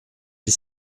dix